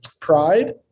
pride